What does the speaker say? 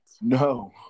No